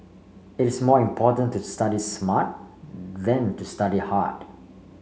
it is more important to study smart than to study hard